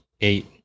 eight